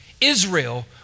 Israel